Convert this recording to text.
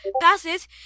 passes